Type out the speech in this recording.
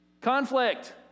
Conflict